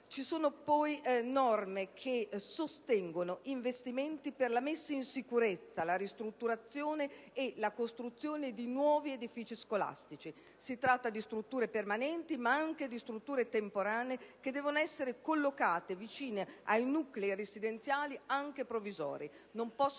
Vi sono inoltre norme che sostengono gli investimenti per la messa in sicurezza, la ristrutturazione e la costruzione di nuovi edifici scolastici. Si tratta di strutture permanenti, ma anche temporanee, che devono essere collocate vicino ai nuclei residenziali, anche provvisori. I